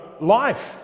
life